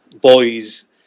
boys